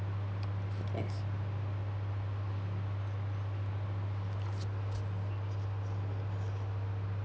yes